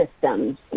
systems